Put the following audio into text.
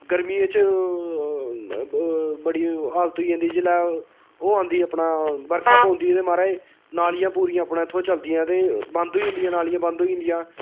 गर्मियें च बड़ी हालत होई जंदी जेल्लै ओह् आंदी ऐ अपना बरखा पौंदी ऐ ते महाराज नालियां पूरियां अपने इत्थुआं चलदियां ते बंद होई जंदियां नालियां बंद होई जंदियां